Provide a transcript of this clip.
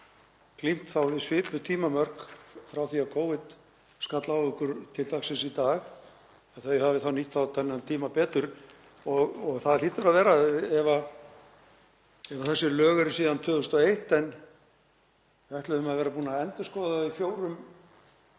hafi glímt við svipuð tímamörk frá því að Covid skall á okkur til dagsins í dag, að þau hafi þá nýtt þennan tíma betur og það hlýtur að vera ef þessi lög eru síðan 2001 en við ætluðum að vera búin að endurskoða þau fjórum